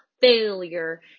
failure